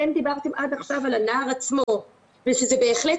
אתם דיברתם עד עכשיו על הנער עצמו ושזה בהחלט